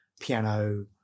piano